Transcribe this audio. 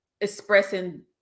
expressing